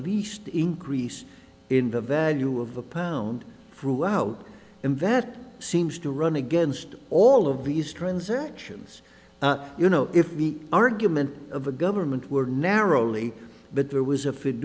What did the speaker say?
least increase in the value of the pound throughout and that seems to run against all of these transactions you know if the argument of the government were narrowly but there was a f